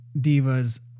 Diva's